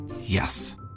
Yes